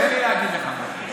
תן לי להגיד לך משהו,